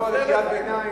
אני מזדהה עם הנרצחים.